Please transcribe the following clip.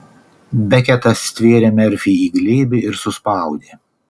beketas stvėrė merfį į glėbį ir suspaudė